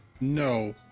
no